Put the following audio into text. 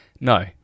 No